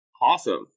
Awesome